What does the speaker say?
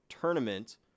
tournament